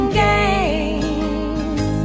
games